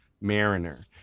Mariner